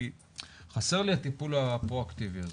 חסר לי הטיפול הפרואקטיבי הזה.